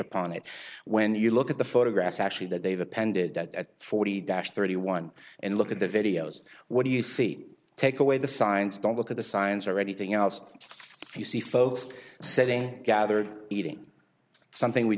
it when you look at the photographs actually that they've appended that forty dash thirty one and look at the videos what do you see take away the signs don't look at the signs or anything else that you see folks sitting gathered eating something we